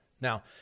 now